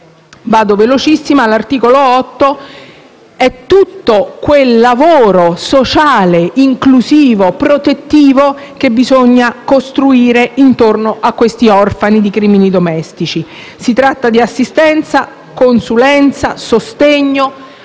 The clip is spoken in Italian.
L'articolo 8 si riferisce a tutto quel lavoro sociale inclusivo e protettivo che bisogna costruire intorno agli orfani di crimini domestici. Si tratta di assistenza, consulenza, sostegno,